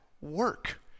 work